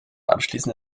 anschließend